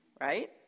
right